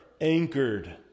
anchored